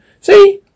See